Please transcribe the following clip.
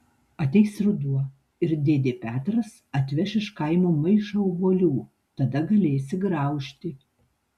ateis ruduo ir dėdė petras atveš iš kaimo maišą obuolių tada galėsi graužti